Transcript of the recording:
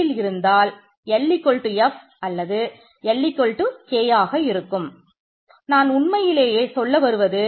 K இங்கே உள்ளது